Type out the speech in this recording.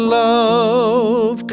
love